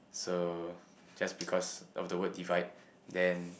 so just because of the word divide then